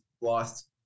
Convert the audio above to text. lost